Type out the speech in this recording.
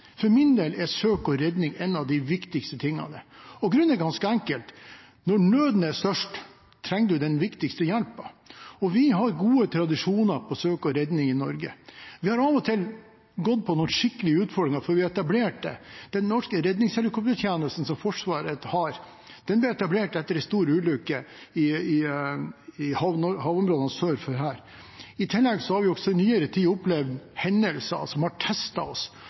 For min del er søk og redning en av de viktigste tingene. Grunnen er ganske enkel: Når nøden er størst, trenger man den viktigste hjelpen. Vi har gode tradisjoner innen søk og redning i Norge. Vi har av og til møtt på noen skikkelige utfordringer før vi etablerte den norske redningshelikoptertjenesten i Forsvaret. Den ble etablert etter en stor ulykke i havområdene sønnenfor her. I tillegg har vi i nyere tid opplevd hendelser som har testet oss.